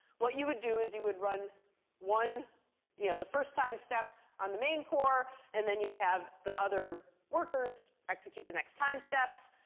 what you would do is you would run you know the first time step on the main core, and then you would have the other workers execute the next time steps.